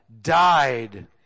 died